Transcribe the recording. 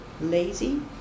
lazy